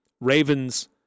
Ravens